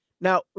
now